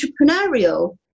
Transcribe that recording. entrepreneurial